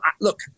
look